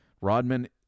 Rodman